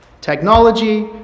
technology